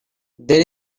there